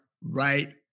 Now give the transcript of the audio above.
right